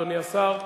אדוני השר,